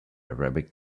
arabic